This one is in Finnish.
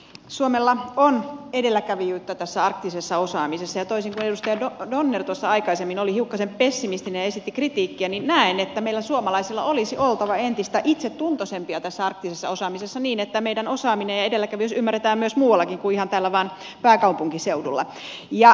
suomella on edelläkävijyyttä tässä arktisessa osaamisessa ja toisin kuin edustaja donner tuossa aikaisemmin oli hiukkasen pessimistinen ja esitti kritiikkiä niin näen että meidän suomalaisten olisi oltava entistä itsetuntoisempia tässä arktisessa osaamisessa niin että meidän osaamisemme ja edelläkävijyytemme ymmärretään myös muualla kuin ihan vain täällä pääkaupunkiseudulla